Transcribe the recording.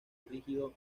rígido